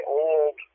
old